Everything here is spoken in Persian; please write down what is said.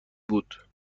بود